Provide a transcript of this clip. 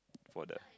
for the